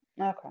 okay